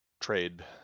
trade